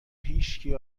هیچکی